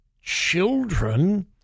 children